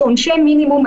שעונשי מינימום,